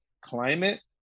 climate